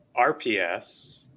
RPS